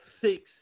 six